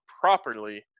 properly